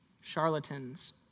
charlatans